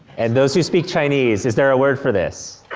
and those who speak chinese, is there a word for this?